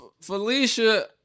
Felicia